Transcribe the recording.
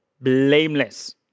blameless